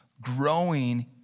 Growing